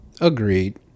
Agreed